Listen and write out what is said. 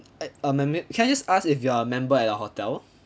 I uh membe~ can I just ask if you are a member at the hotel